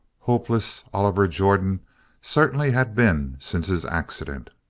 hopeless oliver jordan certainly had been since his accident,